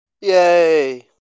Yay